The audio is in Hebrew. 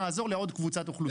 נעזור לעוד קבוצת אוכלוסייה.